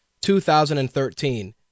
2013